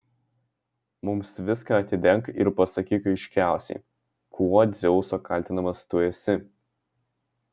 mums viską atidenk ir pasakyk aiškiausiai kuo dzeuso kaltinamas tu esi